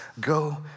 Go